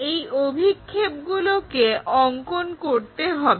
এর অভিক্ষেপগুলোকে অঙ্কন করতে হবে